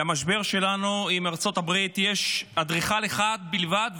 למשבר שלנו עם ארצות הברית יש אדריכל אחד בלבד,